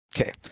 Okay